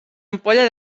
ampolla